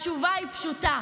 התשובה היא פשוטה: